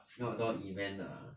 outdoor event 的 ah